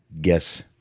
guess